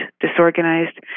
disorganized